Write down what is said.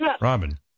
Robin